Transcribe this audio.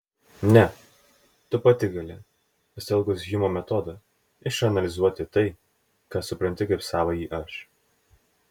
ne tu pati gali pasitelkusi hjumo metodą išanalizuoti tai ką supranti kaip savąjį aš